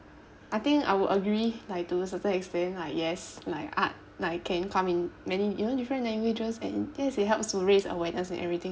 I think I will agree like to a certain extent like yes like art like can come in many you know different languages and yes it helps to raise awareness and everything